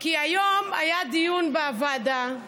כי היום היה דיון בוועדה,